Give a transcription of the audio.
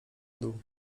dół